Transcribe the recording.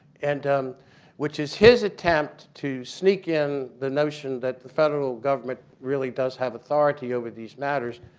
and um which is his attempt to sneak in the notion that the federal government really does have authority over these matters.